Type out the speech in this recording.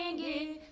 and you